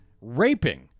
raping